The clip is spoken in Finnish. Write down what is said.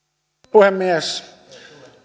puhemies